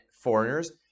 foreigners